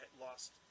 lost